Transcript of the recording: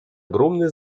огромное